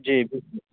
जी